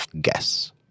guess